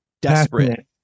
desperate